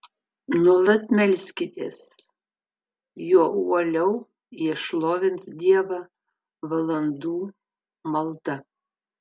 nuolat melskitės juo uoliau jie šlovins dievą valandų malda